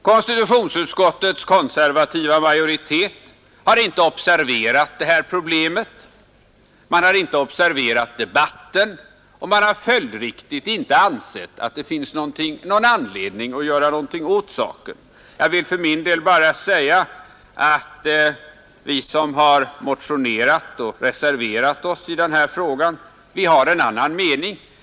Konstitutionsutskottets konservativa majoritet har inte observerat detta problem. Den har inte uppmärksammat debatten och har följdriktigt inte ansett att det finns någon anledning att göra något åt saken. Jag vill för min del bara framhålla att vi som har motionerat och reserverat oss i denna fråga har en annan mening.